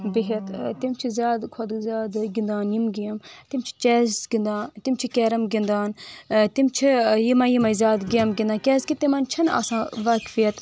بِہِتھ تِم چھِ زیادٕ کھۄتہٕ زیادٕ گِنٛدان یِم گیمہٕ تِم چھِ چیس گِنٛدان تِم چھِ کیرم گِنٛدان تِم چھِ یِمٕے یِمٕے زیادٕ گیمہٕ گِنٛدان کیٛازِ کہِ تِمن چھنہٕ آسان وٲقفیت